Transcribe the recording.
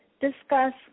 discuss